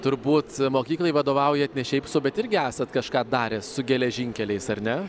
turbūt mokyklai vadovaujat ne šiaip sau bet irgi esat kažką daręs su geležinkeliais ar ne